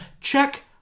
check